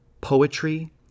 poetry